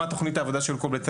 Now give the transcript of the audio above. מהי תכנית העבודה של כל בית ספר.